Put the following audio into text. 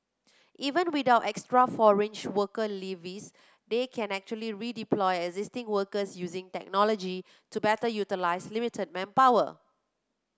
even without extra foreign worker levies they can actually redeploy existing workers using technology to better utilise limited manpower